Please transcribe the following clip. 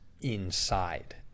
inside